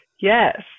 Yes